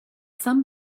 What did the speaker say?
some